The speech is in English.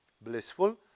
blissful